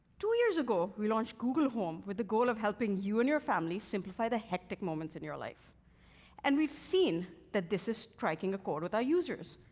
two years ago, we launched google home with the goal of helping you and your family simplify the hectic moments in your life and we've seen that this is striking a chord with our users.